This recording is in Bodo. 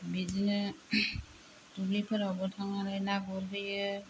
बिदिनो दुब्लिफोरावबो थांनानै ना गुरहैयो